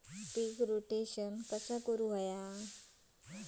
पीक rotation कसा करूचा?